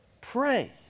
Pray